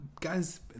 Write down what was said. guys